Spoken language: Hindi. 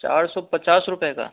चार सौ पचास रुपये का